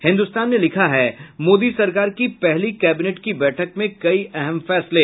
हिन्दुस्तान ने लिखा है मोदी सरकार की पहली कैबिनेट की बैठक में कई अहम फैसले